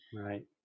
Right